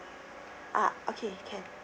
ah okay can